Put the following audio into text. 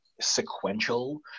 sequential